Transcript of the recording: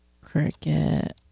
Cricket